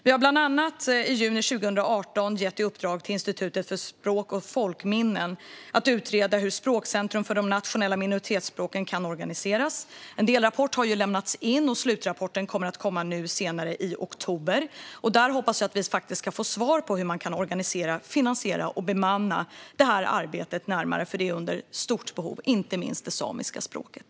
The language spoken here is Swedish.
Vi gav bland annat i juni 2018 i uppdrag till Institutet för språk och folkminnen att utreda hur ett språkcentrum för de nationella minoritetsspråken kan organiseras. En delrapport har lämnats in, och slutrapporten kommer att komma senare - i oktober. Jag hoppas att vi där ska få närmare svar på hur vi kan organisera, finansiera och bemanna detta arbete. För behovet är stort, inte minst när det gäller det samiska språket.